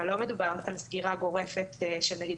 אבל לא מדובר על סגירה גורפת של נגיד